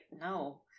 no